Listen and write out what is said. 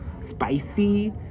spicy